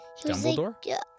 Dumbledore